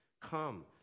Come